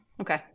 Okay